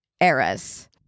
Eras